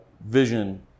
vision